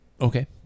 Okay